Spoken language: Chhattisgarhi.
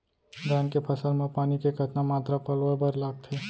धान के फसल म पानी के कतना मात्रा पलोय बर लागथे?